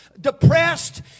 depressed